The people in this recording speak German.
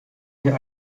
hier